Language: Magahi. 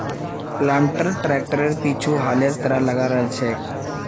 प्लांटर ट्रैक्टरेर पीछु हलेर तरह लगाल रह छेक